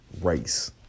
Race